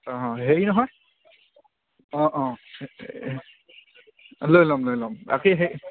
অ' হেৰি নহয় অ' অ' লৈ ল'ম লৈ ল'ম বাকী সেই